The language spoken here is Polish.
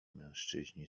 mężczyźni